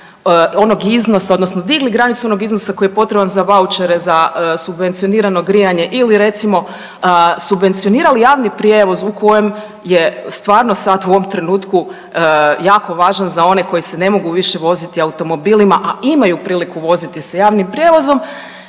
onog iznosa, odnosno digli granicu onog iznosa koji je potreban za vaučere za subvencionirano grijanje ili, recimo, subvencionirali javni prijevoz u kojem je stvarno, sad u ovom trenutku jako važan za one koji se ne mogu više voziti automobilima, a imaju priliku voziti se javnim prijevozom,